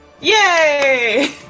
Yay